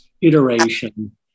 iteration